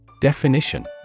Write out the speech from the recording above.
Definition